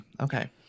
Okay